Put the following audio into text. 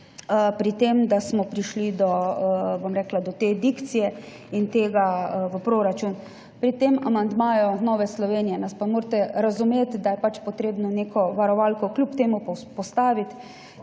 pri tem, da smo prišli do te dikcije. Pri tem amandmaju Nove Slovenije nas pa morate razumeti, da je pač treba neko varovalko kljub temu postaviti.